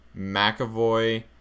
McAvoy